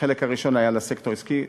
החלק הראשון היה על הסקטור העסקי.